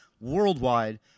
worldwide